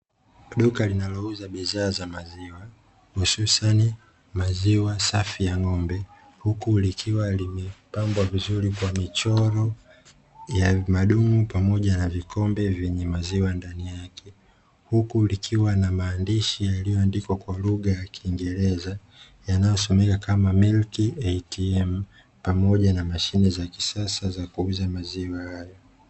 Duka linalouza bidhaa ya maziwa hususani maziwa safi ya ng'ombe huku likiwa limepambwa vizuri kwa michoro ya madumu pamoja na vikombe vyene maziwa ndani yake, huku likiwa na maandishi yaliyoandikwa kwa lugha ya kiingereza yanayosomeka kama "milk ATM" pamoja na mashine ya kisasa ya kisasa ya kuuza maziwa hayo.